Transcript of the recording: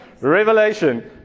Revelation